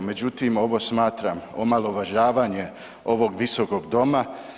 Međutim, ovo smatram omalovažavanje ovog visokog doma.